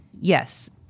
Yes